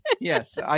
Yes